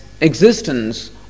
existence